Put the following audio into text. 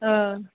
हा